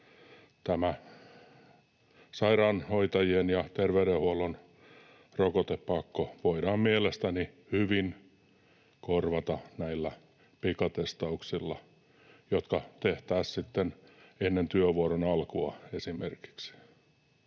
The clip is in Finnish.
tämä sairaanhoitajien ja terveydenhuollon rokotepakko voidaan mielestäni hyvin korvata pikatestauksilla, jotka tehtäisiin esimerkiksi ennen työvuoron alkua.